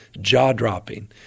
jaw-dropping